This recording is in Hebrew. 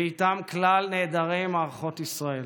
ואיתם כלל נעדרי מערכות ישראל.